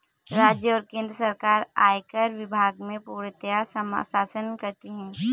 राज्य और केन्द्र सरकार आयकर विभाग में पूर्णतयः शासन करती हैं